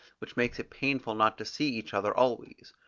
which makes it painful not to see each other always.